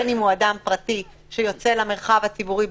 בין אם הוא אדם פרטי שיוצא למרחב הציבורי,